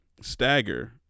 Stagger